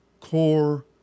core